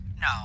No